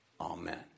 Amen